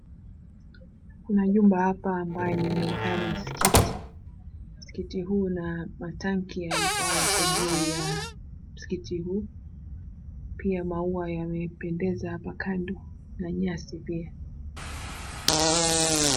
Kuna jumba hapa ambayo inaonekana ni msikiti. Msikiti huu una matanki ya ambayo yako juu ya msikiti huu. Pia maua yamependeza hapa kando, na nyasi pia.